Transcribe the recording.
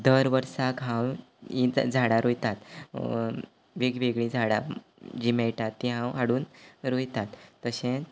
दर वर्साक हांव हींच झाडां रोंयतात वेग्गी वेगळीं झाडां जीं मेयटात तीं हांव हाडून रोंयतात तशेंत